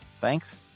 Thanks